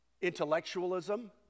intellectualism